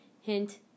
hint